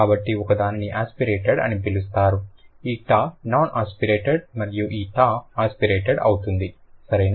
కాబట్టి ఒకదానిని ఆస్పిరేటెడ్ అని పిలుస్తారు ఈ టా నాన్ ఆస్పిరేటెడ్ మరియు ఈ థ ఆస్పిరేటెడ్ అవుతుంది సరేనా